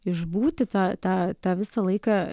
išbūti tą tą tą visą laiką